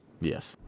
Yes